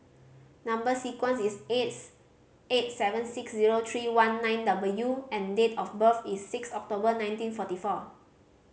number sequence is S eight seven six zero three one nine W and date of birth is six October nineteen forty four